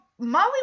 Molly